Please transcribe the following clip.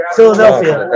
Philadelphia